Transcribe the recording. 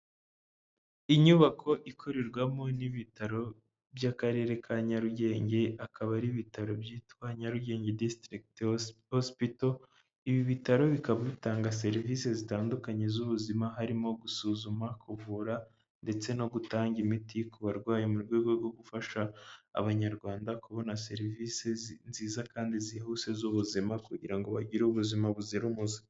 Inyubako ikorerwamo n'ibitaro by'akarere ka Nyarugenge, akaba ari ibitaro byitwa "Nyarugenge District Hospital", ibi bitaro bikaba bitanga serivisi zitandukanye z'ubuzima, harimo gusuzuma, kuvura, ndetse no gutanga imiti ku barwayi mu rwego rwo gufasha abanyarwanda kubona serivisi nziza kandi zihuse z'ubuzima, kugira ngo bagire ubuzima buzira umuze.